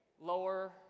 lower